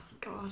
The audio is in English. god